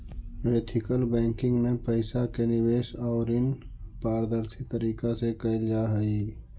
ethical banking में पइसा के निवेश आउ ऋण पारदर्शी तरीका से कैल जा हइ